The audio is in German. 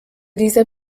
dieser